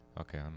Okay